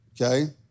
okay